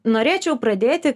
norėčiau pradėti